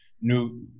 new